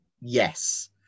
yes